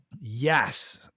Yes